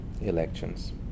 elections